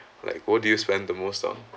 like what do you spend the most on